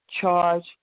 charge